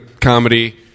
comedy